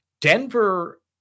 Denver